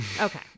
okay